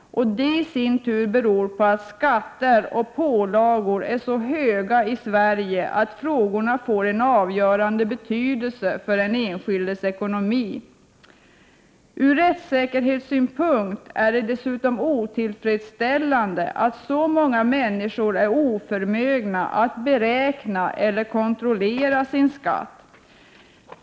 Och det i sin tur beror på att skatter och pålagor är så höga i Sverige att frågorna får en avgörande betydelse för den enskildes ekonomi. Ur rättssäkerhetssynpunkt är det dessutom otillfredsställande att så många människor är oförmögna att beräkna eller kontrollera sin skatt.